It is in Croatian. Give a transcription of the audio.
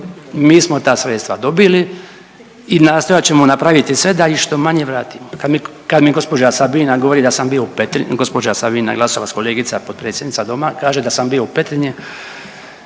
mi smo ta sredstva dobili i nastojat ćemo napraviti sve da ih što manje vratimo. Kad mi gđa. Sabina govori da sam bio u .../nerazumljivo/..., gđa. Sabina Glasovac, kolegica, potpredsjednica Doma, kaže da sam bio u Petrinji,